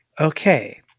Okay